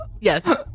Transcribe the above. yes